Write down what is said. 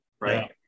right